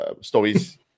stories